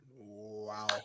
Wow